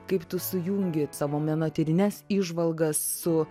kaip tu sujungi savo menotyrines įžvalgas su